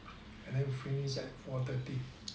then finish at four thirty